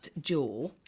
jaw